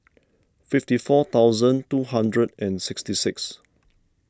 fifty four thousand two hundred and sixty six